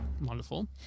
Wonderful